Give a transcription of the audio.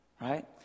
Right